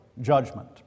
judgment